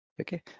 okay